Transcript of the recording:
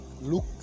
look